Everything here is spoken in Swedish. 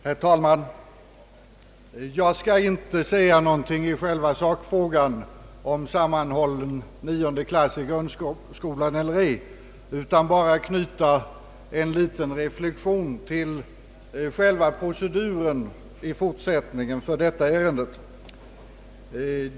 Herr talman! Jag skall inte säga någonting i själva sakfrågan om sammanhållen nionde klass i grundskolan eller ej utan bara knyta en liten reflexion till själva proceduren i fortsättningen för detta ärende.